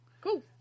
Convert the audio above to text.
cool